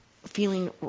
feeling